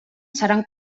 seran